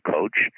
coach